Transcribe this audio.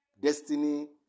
destiny